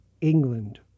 England